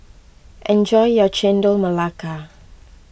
enjoy your Chendol Melaka